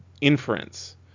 inference